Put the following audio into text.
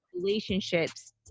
relationships